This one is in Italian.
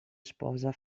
sposa